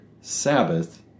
Sabbath